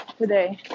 today